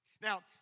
Now